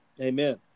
Amen